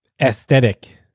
Aesthetic